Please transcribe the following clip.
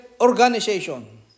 organization